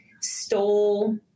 stole